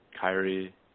Kyrie